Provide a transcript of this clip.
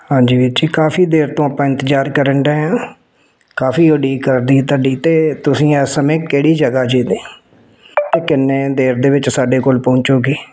ਹਾਂਜੀ ਵੀਰ ਜੀ ਕਾਫ਼ੀ ਦੇਰ ਤੋਂ ਆਪਾਂ ਇੰਤਜ਼ਾਰ ਕਰਨ ਡਹੇ ਆਂ ਕਾਫ਼ੀ ਉਡੀਕ ਕਰਦੀ ਤੁਹਾਡੀ ਅਤੇ ਤੁਸੀਂ ਇਸ ਸਮੇਂ ਕਿਹੜੀ ਜਗ੍ਹਾ ਜੇ ਤੇ ਅਤੇ ਕਿੰਨੇ ਦੇਰ ਦੇ ਵਿੱਚ ਸਾਡੇ ਕੋਲ ਪਹੁੰਚੋਗੇ